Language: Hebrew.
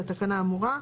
לתקנה האמורה.